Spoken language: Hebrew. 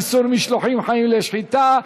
איסור משלוחים חיים לשחיטה),